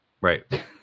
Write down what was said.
Right